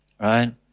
Right